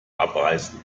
abeisen